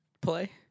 play